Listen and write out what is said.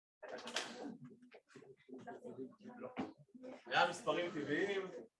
היה מספרים טבעיים